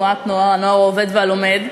"הנוער העובד והלומד",